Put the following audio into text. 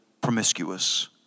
promiscuous